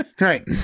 Right